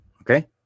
okay